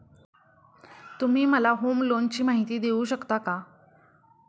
तुम्ही मला होम लोनची माहिती देऊ शकता का?